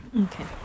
okay